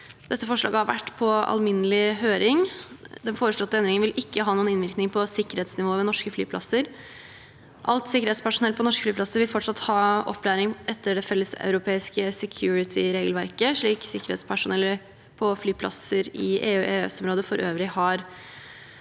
Dette forslaget har vært på alminnelig høring. Den foreslåtte endringen vil ikke ha noen innvirkning på sikkerhetsnivået ved norske flyplasser. Alt sikkerhetspersonell på norske flyplasser vil fortsatt ha opplæring etter det felleseuropeiske security-regelverket, slik sikkerhetspersonell på flyplasser i EU- og EØS-området for øvrig har.